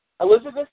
Elizabeth